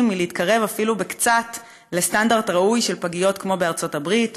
מלהתקרב אפילו קצת לסטנדרט ראוי של פגיות כמו בארצות הברית,